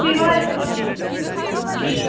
بیٚیہِ واریاہ قٔسمٕکۍ